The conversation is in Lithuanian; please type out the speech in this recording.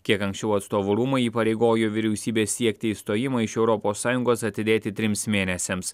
kiek anksčiau atstovų rūmai įpareigojo vyriausybę siekti išstojimo iš europos sąjungos atidėti trims mėnesiams